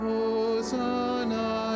Hosanna